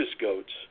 goats